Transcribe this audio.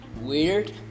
weird